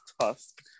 tusk